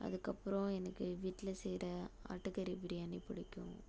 அதுக்கப்புறம் எனக்கு வீட்டில செய்கிற ஆட்டு கறி பிரியாணி பிடிக்கும்